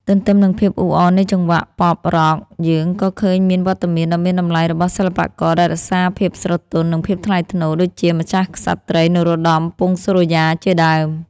ទន្ទឹមនឹងភាពអ៊ូអរនៃចង្វាក់ ប៉ុប-រ៉ក់ (Pop-Rock) យើងក៏ឃើញមានវត្តមានដ៏មានតម្លៃរបស់សិល្បករដែលរក្សាភាពស្រទន់ និងភាពថ្លៃថ្នូរ ដូចជាម្ចាស់ក្សត្រី នរោត្តម ពង្សសូរិយា ជាដើម។